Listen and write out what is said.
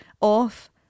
off